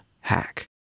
Hack